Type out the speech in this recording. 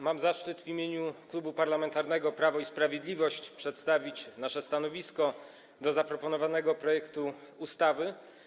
Mam zaszczyt w imieniu Klubu Parlamentarnego Prawo i Sprawiedliwość przedstawić stanowisko wobec zaproponowanego projektu ustawy.